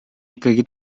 ikkagi